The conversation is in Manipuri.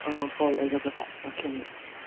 ꯑꯥ ꯀꯣꯜ ꯑꯣꯏꯒꯗꯕ ꯑꯣꯀꯦ ꯃꯦꯝ